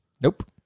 Nope